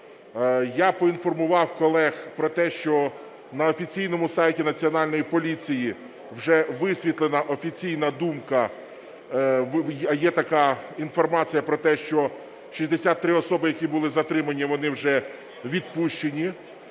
Я поінформував колег про те, що на офіційному сайті Національної поліції вже висвітлена офіційна думка, є така інформація про те, що 63 особи, які були затримані, вони вже відпущені,